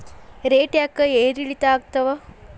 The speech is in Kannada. ರೇಟ್ ಯಾಕೆ ಏರಿಳಿತ ಆಗ್ತಾವ?